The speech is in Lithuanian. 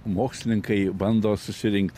mokslininkai bando susirinkt